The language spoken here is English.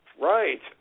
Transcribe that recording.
Right